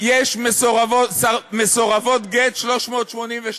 יש 382 מסורבות גט בישראל,